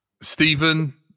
Stephen